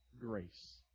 grace